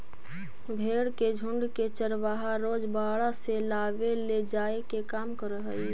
भेंड़ के झुण्ड के चरवाहा रोज बाड़ा से लावेले जाए के काम करऽ हइ